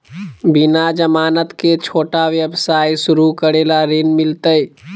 बिना जमानत के, छोटा व्यवसाय शुरू करे ला ऋण मिलतई?